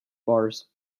bars